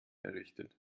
errichtet